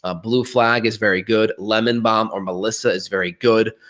ah blue flag is very good, lemon balm or melissa is very good.